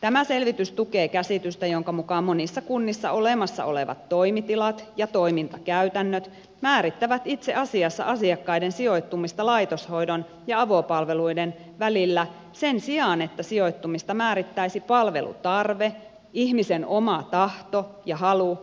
tämä selvitys tukee käsitystä jonka mukaan monissa kunnissa olemassa olevat toimitilat ja toimintakäytännöt määrittävät itse asiassa asiakkaiden sijoittumista laitoshoidon ja avopalveluiden välillä sen sijaan että sijoittumista määrittäisi palvelutarve ihmisen oma tahto ja halu